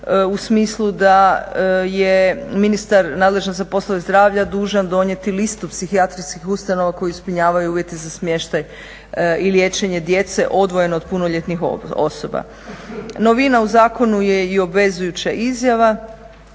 u smislu da je ministar nadležan za poslove zdravlja dužan donijeti listu psihijatrijskih ustanova koje ispunjavaju uvjete za smještaj i liječenje djece odvojeno od punoljetnih osoba. Novina u zakonu je i obvezujuća izjava,